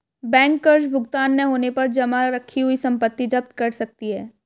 bank कर्ज भुगतान न होने पर जमा रखी हुई संपत्ति जप्त कर सकती है